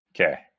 Okay